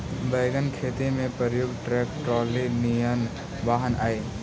wagon खेती में प्रयुक्त ट्रैक्टर ट्रॉली निअन वाहन हई